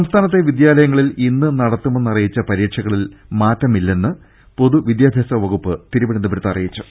സംസ്ഥാനത്തെ വിദ്യാലയങ്ങളിൽ ഇന്ന് നടത്തുമെന്ന് അറിയിച്ച പരീക്ഷകളിൽ മാറ്റമില്ലെന്ന് പൊതുവിദ്യാഭ്യാസ വകുപ്പ് തിരുവനന്തപുരത്ത് അറിയിച്ചു